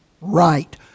right